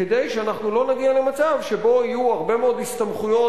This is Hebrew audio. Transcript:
כדי שאנחנו לא נגיע למצב שבו יהיו הרבה מאוד הסתמכויות